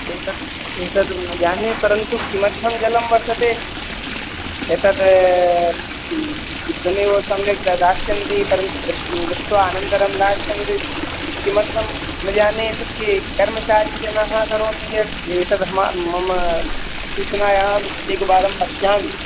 एतत् एतत् न जाने परन्तु किमर्थं जलं वर्तते एतत् इदमेव सम्यक् दा दास्यन्ति परन्तु दृष्ट्वा दृष्ट्वा अनन्तरं दास्यन्ति किमर्थं न जाने कर्मचारिणः जनाः करोति यत् एतद् मम मम सूचनाय एकवारं पश्यामि